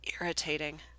irritating